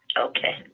Okay